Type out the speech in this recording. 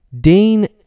Dean